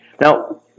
Now